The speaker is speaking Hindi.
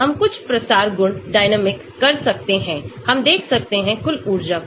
हम कुछ प्रसार गुण डायनेमिक कर सकते हैं हम देख सकते हैं कुल ऊर्जा को